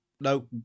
no